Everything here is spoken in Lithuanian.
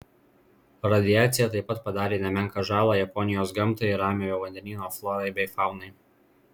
radiacija taip pat padarė nemenką žalą japonijos gamtai ir ramiojo vandenyno florai bei faunai